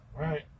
Right